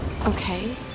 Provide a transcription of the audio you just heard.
Okay